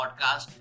podcast